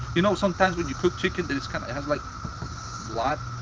you know sometimes when you cook chicken, it has kind of has like blood